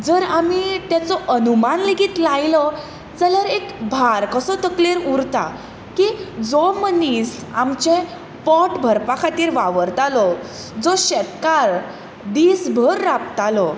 जर आमी तेचो अनुमान लेगीत लायलो जाल्यार एक भार कसो तकलेर उरता की जो मनीस आमचे पोट भरपा खातीर वावरतालो जो शेतकार दीस भर राबतालो